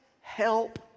help